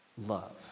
love